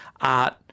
art